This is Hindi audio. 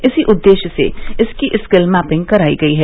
इसी उददेश्य से इनकी स्किल मैपिंग कराई गयी है